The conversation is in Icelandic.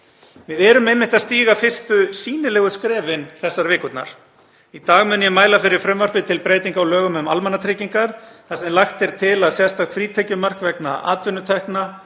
Við erum einmitt að stíga fyrstu sýnilegu skrefin þessar vikurnar. Í dag mun ég mæla fyrir frumvarpi til breytinga á lögum um almannatryggingar þar sem lagt er til að sérstakt frítekjumark vegna atvinnutekna